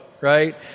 right